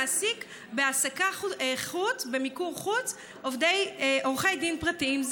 מעסיק בהעסקה במיקור חוץ עורכי דין פרטיים.